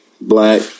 black